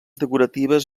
decoratives